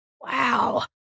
Wow